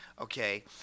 okay